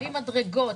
בלי מדרגות,